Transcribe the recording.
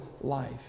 life